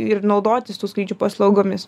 ir naudotis tų skrydžių paslaugomis